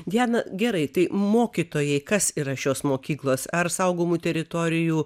diana gerai tai mokytojai kas yra šios mokyklos ar saugomų teritorijų